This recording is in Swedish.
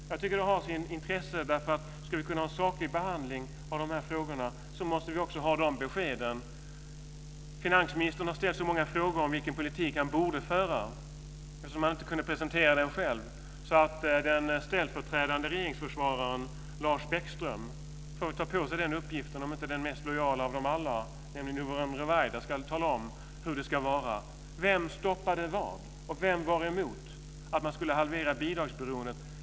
Jag tycker att det har sitt intresse. Ska vi kunna ha en saklig behandling av de här frågorna måste vi också ha de beskeden. Finansministern har ställt så många frågor om vilken politik han borde föra, eftersom han inte kunde presentera den själv, att den ställföreträdande regeringsförsvararen Lars Bäckström får ta på sig den uppgiften, om inte den mest lojala av dem alla, Yvonne Ruwaida, ska tala om hur det ska vara. Vem stoppade vad? Vem var emot att man skulle halvera bidragsberoendet?